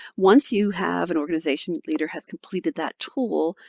once you have an organization leader has completed that tool,